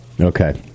Okay